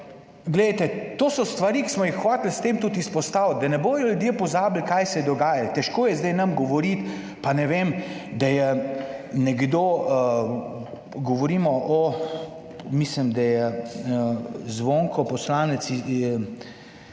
to so stvari, ki smo jih hoteli s tem tudi izpostaviti, da ne bodo ljudje pozabili, kaj se je dogajalo. Težko je zdaj nam govoriti, pa ne vem, da je nekdo,